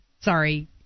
sorry